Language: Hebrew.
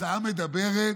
ההצעה מדברת,